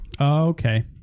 okay